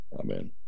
Amen